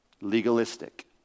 Legalistic